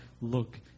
look